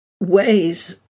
ways